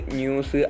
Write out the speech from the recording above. news